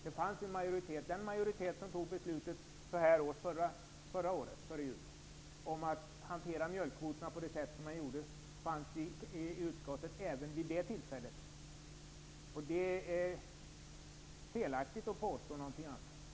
Det fanns en majoritet, som tog sitt beslut vid den här tiden förra året, strax före jul, om att hantera mjölkkvoterna så som skedde. Det är felaktigt att påstå något annat.